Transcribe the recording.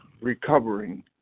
recovering